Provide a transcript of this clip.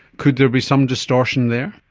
could there be some distortion there?